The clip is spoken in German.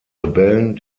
rebellen